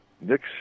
Nick